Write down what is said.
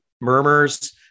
murmurs